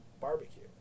barbecue